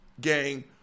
gang